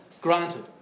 Granted